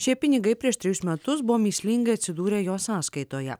šie pinigai prieš trejus metus buvo mįslingai atsidūrę jo sąskaitoje